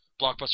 Blockbuster